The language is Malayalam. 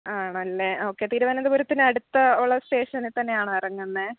ആണല്ലേ ഓക്കെ തിരുവനന്തപുരത്തിന് അടുത്ത് ഉള്ള സ്റ്റേഷനിൽ തന്നെയാണോ ഇറങ്ങുന്നെ